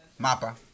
Mapa